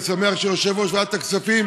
אני שמח שיושב-ראש ועדת הכספים,